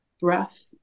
breath